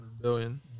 Billion